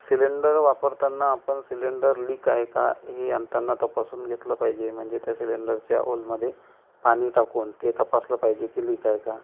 cylinder वापरताना आपण cylinder leak आहे का हे आणताना तपासून घेतलं पाहिजे म्हणजे त्या सिलेंडरच्या होलमध्ये पाणी टाकून ते तपासलं पाहिजे की लिक आहे का